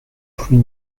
plus